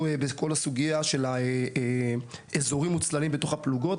בסוגיה של אזורים מוצללים בתוך הפלוגות.